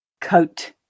Coat